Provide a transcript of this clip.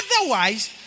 Otherwise